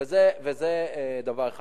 וזה דבר אחד.